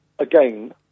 Again